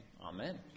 Amen